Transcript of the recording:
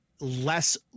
less